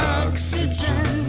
oxygen